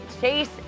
Chase